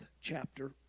chapter